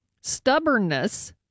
stubbornness